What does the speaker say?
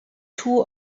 two